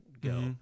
go